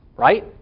Right